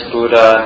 Buddha